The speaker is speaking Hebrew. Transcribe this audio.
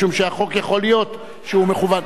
משום שיכול להיות שהחוק מכוון,